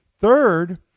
Third